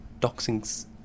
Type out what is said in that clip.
toxins